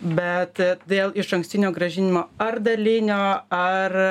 bet dėl išankstinio grąžinimo ar dalinio ar